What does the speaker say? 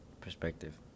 perspective